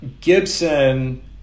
Gibson